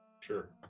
Sure